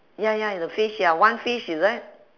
ya ya the fish ya one fish is it